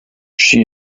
she